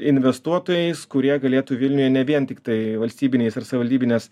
investuotojais kurie galėtų vilniuj ne vien tiktai valstybiniais ir savivaldybinės